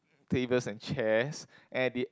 tables and chairs at the